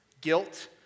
Guilt